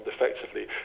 effectively